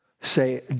say